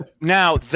Now